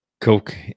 Coke